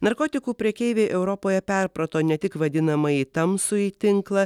narkotikų prekeiviai europoje perprato ne tik vadinamąjį tamsųjį tinklą